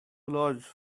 large